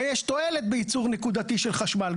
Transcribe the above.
הרי יש תועלת בייצור נקודתי של חשמל,